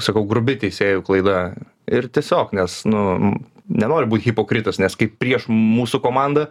sakau grubi teisėjų klaida ir tiesiog nes nu nenoriu būt hipokritas nes kaip prieš mūsų komandą